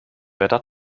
wetter